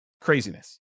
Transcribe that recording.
Craziness